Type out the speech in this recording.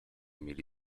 mieli